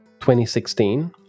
2016